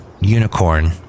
unicorn